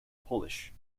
polish